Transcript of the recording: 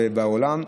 ובעולם.